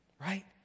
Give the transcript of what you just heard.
right